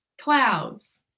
clouds